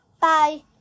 Bye